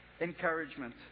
encouragement